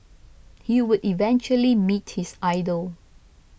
he would eventually meet his idol